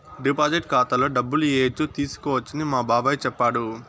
deposit ఖాతాలో డబ్బులు ఏయచ్చు తీసుకోవచ్చని మా బాబాయ్ చెప్పాడు